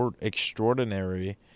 extraordinary